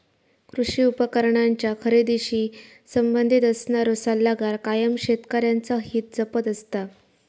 कृषी उपकरणांच्या खरेदीशी संबंधित असणारो सल्लागार कायम शेतकऱ्यांचा हित जपत असता